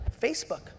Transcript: Facebook